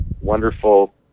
wonderful